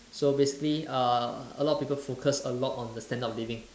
so basically uh a lot of people focus a lot on the standard of living